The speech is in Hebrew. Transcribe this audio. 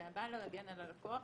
שבא להגן על הלקוח,